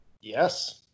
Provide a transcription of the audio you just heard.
Yes